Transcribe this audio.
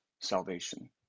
salvation